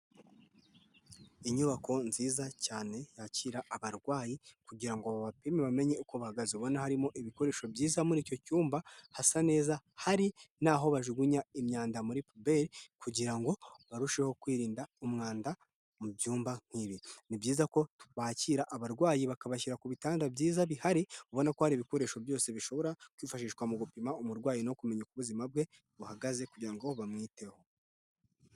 Inyubako nziza cyane yakira abarwayi kugira ngo babapime bamenye uko bahagaze. Ubona harimo ibikoresho byiza muri icyo cyumba hasa neza, hari n'aho bajugunya imyanda muri pubele kugira ngo barusheho kwirinda umwanda mu byumba nk'ibi. Ni byiza ko bakira abarwayi bakabashyira ku bitanda byiza bihari, ubona ko hari ibikoresho byose bishobora kwifashishwa mu gupima umurwayi no kumenya uko ubuzima bwe buhagaze kugira ngo bamwiteho.